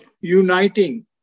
uniting